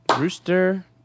rooster